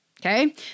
Okay